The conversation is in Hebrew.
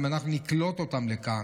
אם אנחנו נקלוט אותם לכאן.